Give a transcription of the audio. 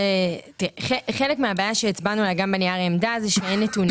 תראה חלק מהבעיה שהצבענו עליה גם בנייר עמדה זה שאין נתונים